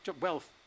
wealth